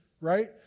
right